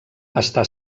està